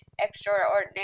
extraordinary